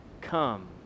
come